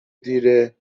دیره